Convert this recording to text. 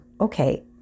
okay